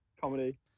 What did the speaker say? Comedy